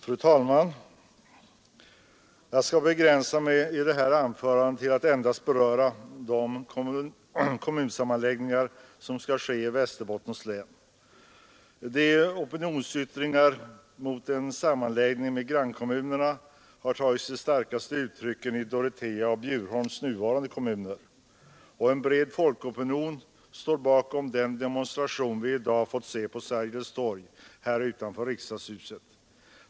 Fru talman! Jag skall i det här anförandet begränsa mig till de kommunsammanläggningar som skall ske i Västerbottens län. Opinionsyttringarna mot en sammanläggning med grannkommunerna har tagit sig de starkaste uttrycken i Dorotea och Bjurholms nuvarande kommuner. En bred folkopinion står bakom den demonstration vi i dag fått se på Sergels torg här utanför riksdagshuset.